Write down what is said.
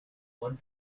one